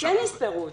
כן יספרו אותו.